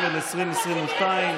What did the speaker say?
גרוע, אנא התיישבו במקומותיכם.